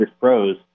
Pro's